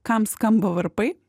kam skamba varpai